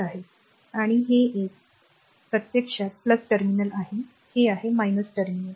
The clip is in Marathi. आणि हे एक r हे प्रत्यक्षात टर्मिनल आहे हे आहे टर्मिनल